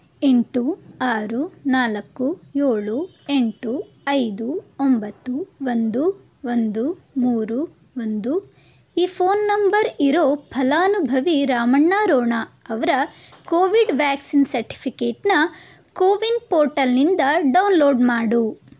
ಎಂಟು ಆರು ನಾಲ್ಕು ಏಳು ಎಂಟು ಐದು ಒಂಬತ್ತು ಒಂದು ಒಂದು ಮೂರು ಒಂದು ಈ ಫೋನ್ ನಂಬರ್ ಇರೋ ಫಲಾನುಭವಿ ರಾಮಣ್ಣ ರೋಣ ಅವರ ಕೋವಿಡ್ ವ್ಯಾಕ್ಸಿನ್ ಸರ್ಟಿಫಿಕೇಟನ್ನ ಕೋವಿನ್ ಪೋರ್ಟಲ್ನಿಂದ ಡೌನ್ಲೋಡ್ ಮಾಡು